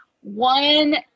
one